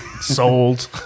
sold